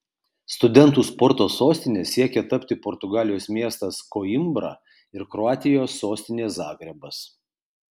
studentų sporto sostine siekia tapti portugalijos miestas koimbra ir kroatijos sostinė zagrebas